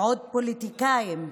ועוד פוליטיקאים,